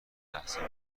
تحسین